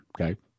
okay